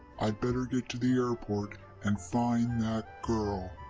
i'd better get to the airport and find that girl.